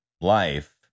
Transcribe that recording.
life